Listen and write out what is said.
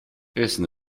essen